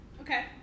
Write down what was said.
Okay